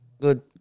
Good